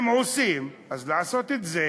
אם עושים, אז לעשות את זה